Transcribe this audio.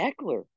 Eckler